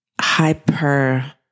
hyper